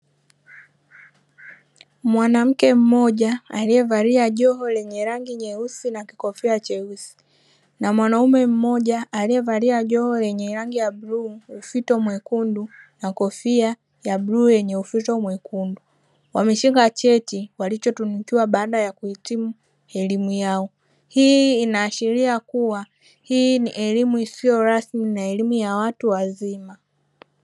Mwanamke mmoja aliyevalia joho lenye rangi nyeusi na kikofia cheusi na mwanamume mmoja aliyevalia joho lenye rangi ya bluu, ufito mwekundu na kofia ya bluu yenye ufito mwekundu, wameshika cheti walichotunukiwa baada ya kuhitimu elimu yao, hii inaashiria kuwa hii ni elimu isiyo rasmi na elimu ya watu wazima.